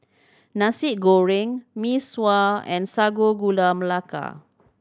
Nasi Goreng Mee Sua and Sago Gula Melaka